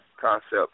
concept